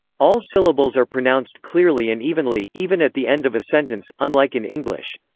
all syllables are pronounced clearly and evenly, even at the end of a sentence, unlike in english.